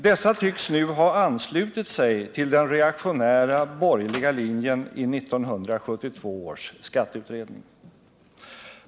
Dessa tycks nu ha anslutit sig till den reaktionära, borgerliga linjen i 1972 års skatteutredning.